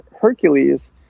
hercules